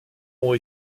ont